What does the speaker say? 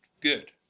good